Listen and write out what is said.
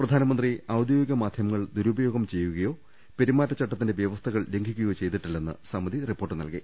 പ്രധാനമന്ത്രി ഔദ്യോഗിക മാധ്യമങ്ങൾ ദുരുപയോഗം ചെയ്യുകയോ പെരുമാറ്റച്ചട്ടത്തിന്റെ വ്യവസ്ഥകൾ ലംഘിക്കു കയോ ചെയ്തിട്ടില്ലെന്ന് സമിതി റിപ്പോർട്ട് നൽകി